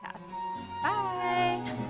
Bye